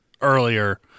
earlier